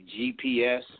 GPS